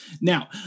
Now